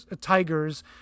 Tigers